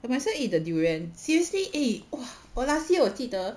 you must as well eat the durian seriously eh !whoa! 我 last year 我记得